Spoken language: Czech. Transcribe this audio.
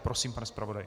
Prosím, pane zpravodaji.